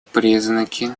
признаки